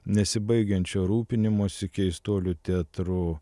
nesibaigiančio rūpinimosi keistuolių teatru